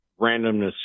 Randomness